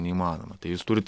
neįmanoma tai jūs turit